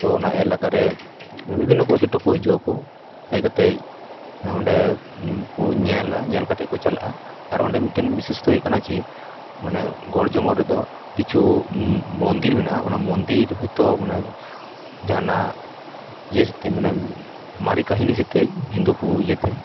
ᱛᱳ ᱚᱱᱟ ᱮᱞᱟᱠᱟᱨᱮ ᱵᱤᱵᱷᱤᱱᱱᱚ ᱯᱚᱨᱡᱚᱴᱚᱠ ᱠᱚ ᱦᱤᱡᱩᱜ ᱟᱠᱚ ᱦᱮᱡ ᱠᱟᱛᱮᱫ ᱚᱸᱰᱮ ᱠᱚ ᱧᱮᱞᱟ ᱧᱮᱞ ᱠᱟᱛᱮᱫ ᱠᱚ ᱪᱟᱞᱟᱜᱼᱟ ᱟᱨ ᱚᱸᱰᱮ ᱢᱤᱫᱴᱮᱱ ᱵᱤᱥᱮᱥ ᱫᱚ ᱦᱩᱭᱩᱜ ᱠᱟᱱᱟ ᱡᱮ ᱢᱟᱱᱮ ᱜᱚᱲ ᱡᱚᱝᱜᱚᱞ ᱨᱮᱫᱚ ᱠᱤᱪᱷᱩ ᱢᱚᱱᱫᱤᱨ ᱢᱮᱱᱟᱜ ᱚᱱᱟ ᱢᱚᱱᱫᱤᱨ ᱦᱳᱭᱛᱳ ᱢᱟᱱᱮ ᱡᱟᱦᱟᱸᱱᱟᱜ ᱤᱭᱟᱹ ᱥᱟᱛᱮ ᱢᱟᱱᱮ ᱢᱟᱨᱮ ᱠᱟᱹᱦᱟᱱᱤ ᱥᱟᱛᱮᱫ ᱦᱤᱱᱫᱩ ᱤᱭᱟᱹ ᱛᱮ